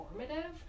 informative